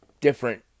different